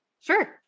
Sure